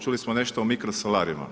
Čuli smo nešto o mikrosolarima.